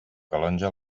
calonge